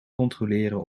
controleren